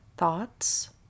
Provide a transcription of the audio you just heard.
thoughts